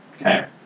Okay